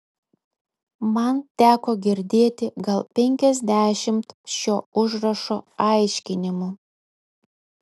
man teko girdėti gal penkiasdešimt šio užrašo aiškinimų